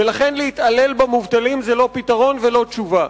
ולכן להתעלל במובטלים זה לא פתרון ולא תשובה.